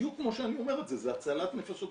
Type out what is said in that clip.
בדיוק כמו שאני אומר את זה, זה הצלת נפשות.